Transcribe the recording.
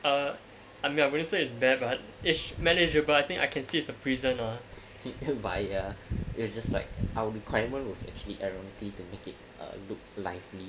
I mean I'm pretty sure is bare but his manager but I think I can see is a prisoner he who buy ya you just like our requirement was actually everyone to make it looked lively